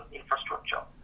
infrastructure